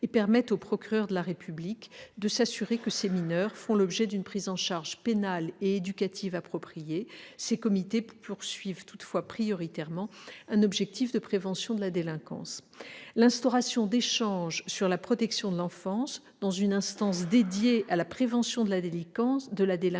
et permettent au procureur de la République de s'assurer que ces mineurs font l'objet d'une prise en charge pénale et éducative appropriée. Ces comités poursuivent toutefois prioritairement un objectif de prévention de la délinquance. L'instauration d'échanges sur la protection de l'enfance dans une instance dédiée à la prévention de la délinquance